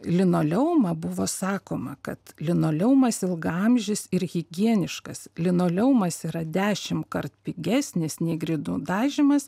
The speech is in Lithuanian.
linoleumą buvo sakoma kad linoleumas ilgaamžis ir higieniškas linoleumas yra dešim kartų pigesnės nei grindų dažymas